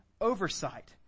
oversight